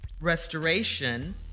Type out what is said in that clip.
restoration